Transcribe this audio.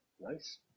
Nice